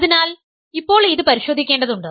അതിനാൽ ഇപ്പോൾ ഇത് പരിശോധിക്കേണ്ടതുണ്ട്